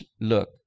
look